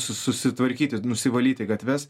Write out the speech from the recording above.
susitvarkyti nusivalyti gatves